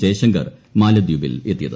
ജയശങ്കർ മാലദ്വീപിൽ എത്തിയത്